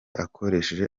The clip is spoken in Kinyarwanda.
akoresheje